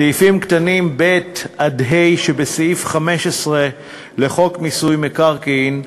סעיפים קטנים (ב) (ה) שבסעיף 15 לחוק מיסוי מקרקעין,